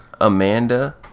Amanda